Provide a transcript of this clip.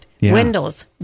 Windows